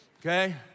okay